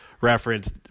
reference